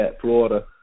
Florida